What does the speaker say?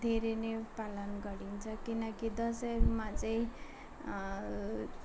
धेरै नै पालन गरिन्छ किनकि दसैँमा चाहिँ